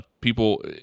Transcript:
people